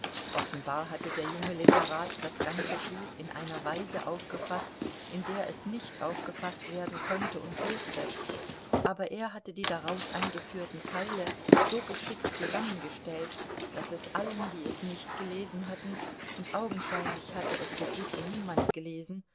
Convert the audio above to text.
offenbar hatte der junge literat das ganze buch in einer weise aufgefaßt in der es nicht aufgefaßt werden konnte und durfte aber er hatte die daraus angeführten teile so geschickt zusammengestellt daß es allen die es nicht gelesen hatten und augenscheinlich hatte es so gut wie niemand